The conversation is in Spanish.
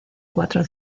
cuatro